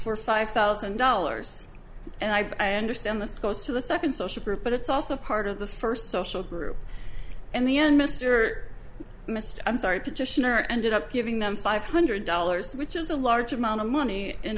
for five thousand dollars and i understand this goes to the second social group but it's also part of the first social group and the end mr mist i'm sorry petitioner ended up giving them five hundred dollars which is a large amount of money